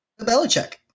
Belichick